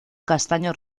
castaño